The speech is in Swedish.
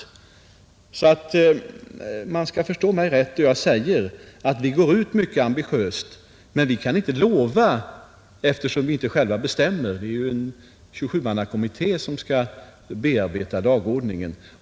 Man skall alltså förstå mig rätt då jag säger att vi går ut mycket ambitiöst men att vi inte kan lova någonting, eftersom vi inte själva bestämmer — det är ju en förberedelsekommitté som skall bearbeta dagordningen.